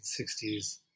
1960s